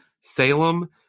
Salem